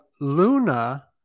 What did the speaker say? luna